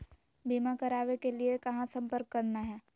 बीमा करावे के लिए कहा संपर्क करना है?